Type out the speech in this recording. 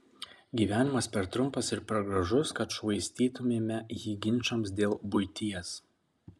gyvenimas per trumpas ir per gražus kad švaistytumėme jį ginčams dėl buities